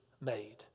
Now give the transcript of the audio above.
made